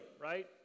right